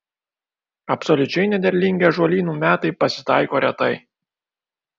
absoliučiai nederlingi ąžuolynų metai pasitaiko retai